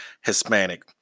Hispanic